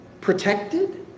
protected